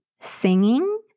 singing